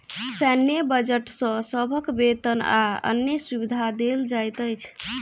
सैन्य बजट सॅ सभक वेतन आ अन्य सुविधा देल जाइत अछि